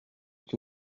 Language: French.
que